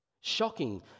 Shocking